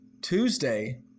Tuesday